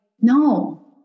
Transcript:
no